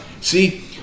See